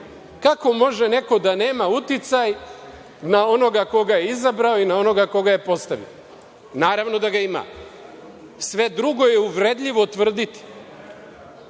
može neko da nema uticaj na onoga koga je izabrao i na onoga koga je postavio? Naravno da ga ima. Sve drugo je uvredljivo tvrditi